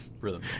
rhythm